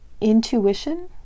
intuition